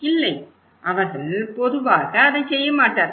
இல்லை அவர்கள் பொதுவாக அதைச் செய்ய மாட்டார்கள்